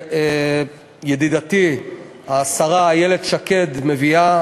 שידידתי השרה איילת שקד מביאה.